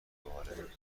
باحاله